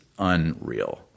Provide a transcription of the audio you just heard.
unreal